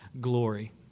Glory